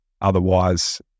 otherwise